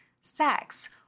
sex